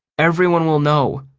everyone will know,